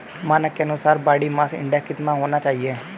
मानक के अनुसार बॉडी मास इंडेक्स कितना होना चाहिए?